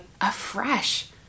afresh